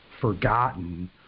forgotten